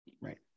right